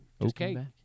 Okay